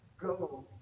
go